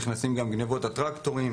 כולל טרקטורים,